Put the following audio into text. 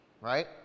Right